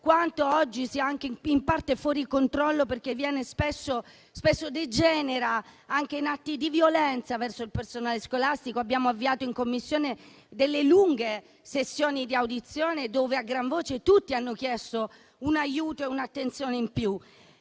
quanto oggi sia in parte fuori controllo, perché spesso degenera in atti di violenza verso il personale scolastico. Abbiamo avviato in Commissione lunghe sessioni di audizione, dove a gran voce tutti hanno chiesto un aiuto e un'attenzione in più.